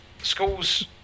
Schools